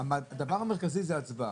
הדבר המרכזי הוא הצבעה.